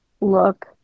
look